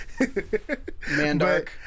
Mandark